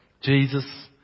Jesus